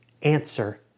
answer